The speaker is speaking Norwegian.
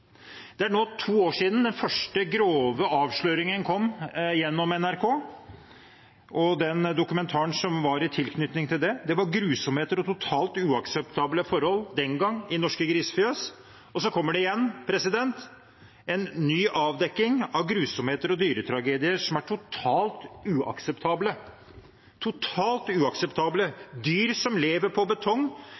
Det er nå to år siden den første grove avsløringen og den dokumentaren som var i tilknytning til den, kom gjennom NRK. Det var grusomheter og totalt uakseptable forhold den gang i norske grisefjøs, og så kommer det igjen: en ny avdekking av grusomheter og dyretragedier som er totalt uakseptable. Det er dyr som lever på betong,